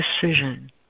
decision